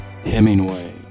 Hemingway